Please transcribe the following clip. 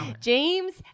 James